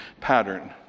pattern